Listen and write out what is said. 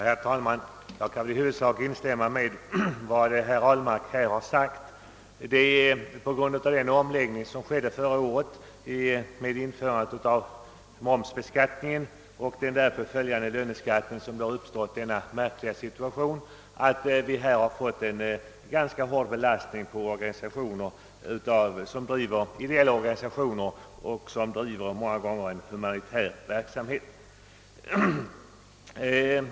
Herr talman! Jag kan i huvudsak instämma i vad herr Ahlmark nyss sagt. På grund av den skatteomläggning som gjordes förra året genom införandet av mervärdebeskattning och därmed följande löneskatt har den märkliga situationen uppstått, att vi har fått en hårdare belastning på ideella organisationer, ja i stor utsträckning just på sådana som bedriver humanitär verksamhet.